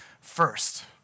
first